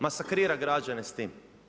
Masakrira građane s tim.